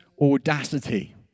audacity